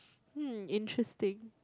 hmm interesting